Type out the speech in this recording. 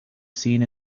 seen